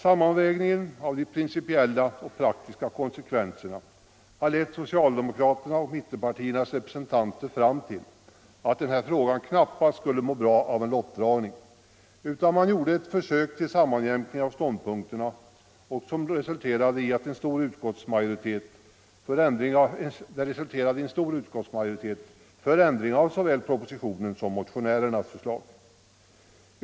Sammanvägningen av de principiella och praktiska konsekvenserna har lett socialdemokraternas och mittenpartiernas representanter fram till att denna fråga knappast skulle må bra av en lottdragning. Man gjorde därför ett försök till sammanjämkning av ståndpunkterna, som resulterade i en stor utskottsmajoritet för ändring av såväl propositionens som motionärernas förslag.